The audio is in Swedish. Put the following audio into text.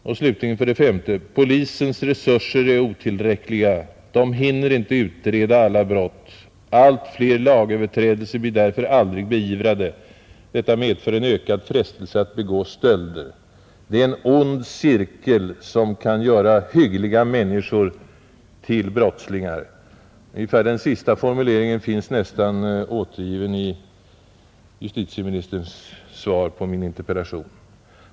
Och för det femte: Polisens resurser är otillräckliga. Den hinner inte utreda alla brott. Allt fler lagöverträdelser blir därför aldrig beivrade. Detta medför en ökad frestelse att begå stölder. Det är en ond cirkel som kan göra hyggliga människor till brottslingar. Den sista synpunkten finns, tycker jag, uttryckt med nästan samma ord i justitieministerns svar på min interpellation.